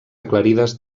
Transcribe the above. aclarides